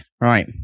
Right